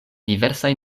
diversaj